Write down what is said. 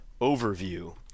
Overview